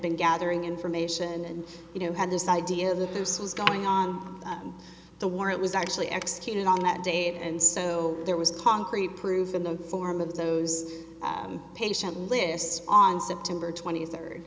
been gathering information and you know had this idea that this was going on the war it was actually executed on that date and so there was concrete proof in the form of those patient lists on september twenty third